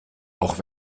auch